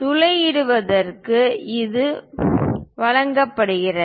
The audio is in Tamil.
துளையிடுவதற்கு இது வழங்கப்படுகிறது